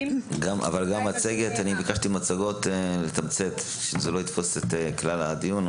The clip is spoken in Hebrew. אני מבקש לתמצת במצגות ושזה לא יתפוס את עיקר הדיון.